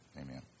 Amen